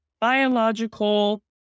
biological